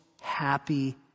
happy